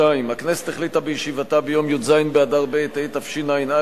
2. הכנסת החליטה בישיבתה ביום י"ז באדר ב' התשע"א,